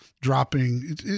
dropping